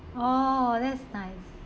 oh that's nice